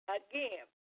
again